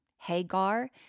Hagar